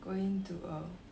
going to a